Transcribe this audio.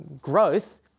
Growth